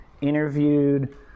interviewed